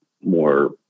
more